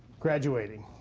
graduating.